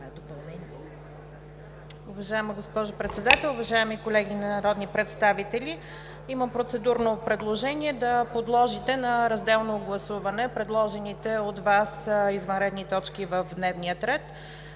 Уважаема госпожо Председател, уважаеми колеги народни представители! Имам процедурно предложение – да подложите на разделно гласуване предложените от Вас извънредни точки в дневния ред.